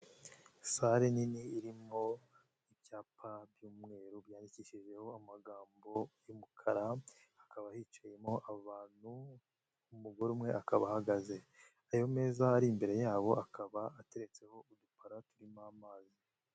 Sale nini irimo ibyapa by'umweru byandikishijeho amagambo y'umukara, hakaba hicayemo abantu umugore umwe akaba ahagaze, ayo meza ari imbere yabo akaba ateretseho udupara turimo amazi.